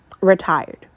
retired